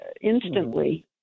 instantly